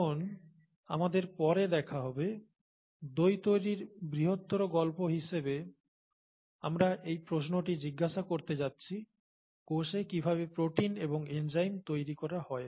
যখন আমাদের পরে দেখা হবে দই তৈরির বৃহত্তর গল্প হিসেবে আমরা এই প্রশ্নটি জিজ্ঞাসা করতে যাচ্ছি কোষে কিভাবে প্রোটিন এবং এনজাইম তৈরি করা হয়